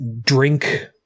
Drink